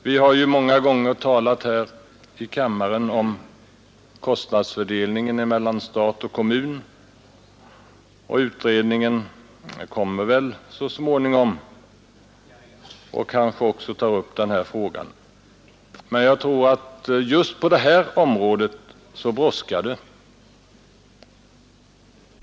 Vi har här i kammaren många gånger talat om kostnadsfördelningen mellan stat och kommun, och utredningen kommer kanske så småningom att ta upp också den frågan. Men jag tror att det brådskar.